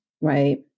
Right